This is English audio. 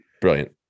Brilliant